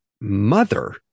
mother